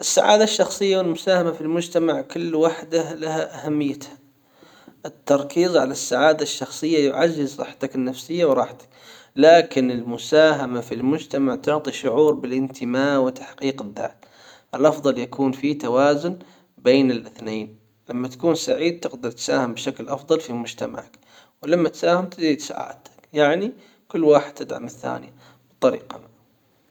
السعادة الشخصية والمساهمة في المجتمع كل وحدة لها أهميتها التركيز على السعادة الشخصية يعزز صحتك النفسية وراحتك لكن المساهمة في المجتمع تعطي شعور بالانتماء وتحقيق الدعم الافضل يكون في توازن بين الاثنين لما تكون سعيد تقدر تساهم بشكل افضل في مجتمعك ولما تساهم تزيد سعادتك يعني كل واحد تدعم الثاني بطريقة ما.